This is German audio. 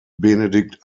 benedikt